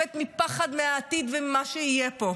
מת מפחד מהעתיד וממה שיהיה פה.